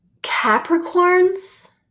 Capricorns